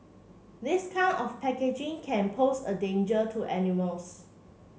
this kind of packaging can pose a danger to animals